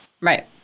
Right